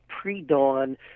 pre-dawn